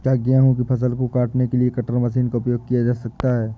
क्या गेहूँ की फसल को काटने के लिए कटर मशीन का उपयोग किया जा सकता है?